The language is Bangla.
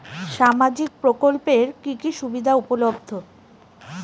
সামাজিক প্রকল্প এর কি কি সুবিধা উপলব্ধ?